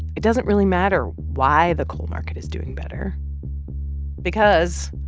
it doesn't really matter why the coal market is doing better because,